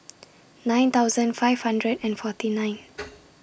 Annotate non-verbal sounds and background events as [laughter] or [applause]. nine thousand five hundred and forty nine [noise]